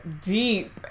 deep